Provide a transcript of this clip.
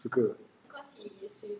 suka